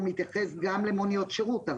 הוא מתייחס גם למוניות שירות.